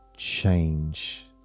change